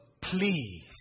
please